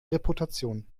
reputation